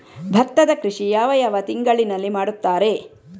ಭತ್ತದ ಕೃಷಿ ಯಾವ ಯಾವ ತಿಂಗಳಿನಲ್ಲಿ ಮಾಡುತ್ತಾರೆ?